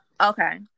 Okay